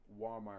Walmart